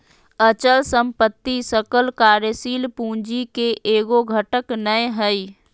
अचल संपत्ति सकल कार्यशील पूंजी के एगो घटक नै हइ